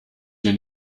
dir